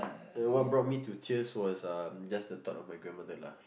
what brought me to tears was um just the thought of my grandmother lah